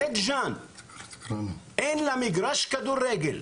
לבית ג'אן אין מגרש כדורגל,